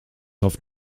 hofft